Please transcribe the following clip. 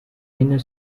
inner